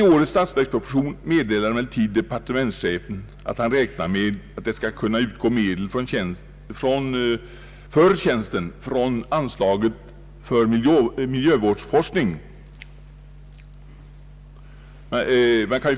I årets statsverksproposition meddelar emellertid departementschefen att han räknar med att det skall kunna utgå medel till tjänsten från anslaget för miljövårdsforskning.